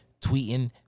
tweeting